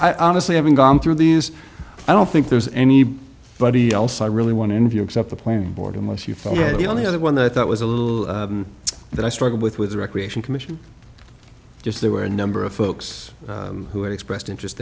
i honestly haven't gone through these i don't think there's any body else i really want to interview except the planning board unless you think the only other one that i thought was a little that i struggled with with the recreation commission just there were a number of folks who expressed interest